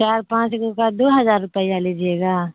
چار پانچ جن کا دو ہزار روپیہ لیجیے گا